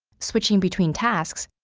switching between tasks,